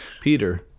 Peter